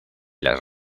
las